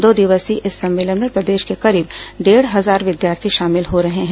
दो दिवसीय इस सम्मेलन में प्रदेश के करीब डेढ़ हजार विद्यार्थी शामिल हो रहे हैं